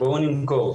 ו'בואו נמכור'.